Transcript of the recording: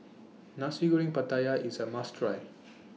Nasi Goreng Pattaya IS A must Try